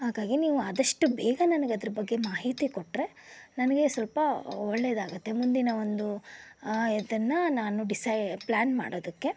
ಹಾಗಾಗಿ ನೀವು ಆದಷ್ಟು ಬೇಗ ನನಗದರ ಬಗ್ಗೆ ಮಾಹಿತಿ ಕೊಟ್ಟರೆ ನನಗೆ ಸ್ವಲ್ಪ ಒಳ್ಳೆಯದಾಗತ್ತೆ ಮುಂದಿನ ಒಂದು ಇದನ್ನು ನಾನು ಡಿಸೈ ಪ್ಲ್ಯಾನ್ ಮಾಡೋದಕ್ಕೆ